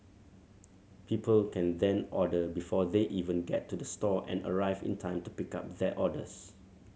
people can then order before they even get to the store and arrive in time to pick up their orders